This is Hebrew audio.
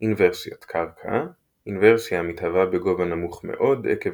אינוורסיית קרקע - אינוורסיה המתהווה בגובה נמוך מאוד עקב